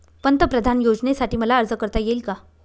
पंतप्रधान योजनेसाठी मला अर्ज करता येईल का?